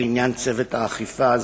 לעניין צוות האכיפה הזה,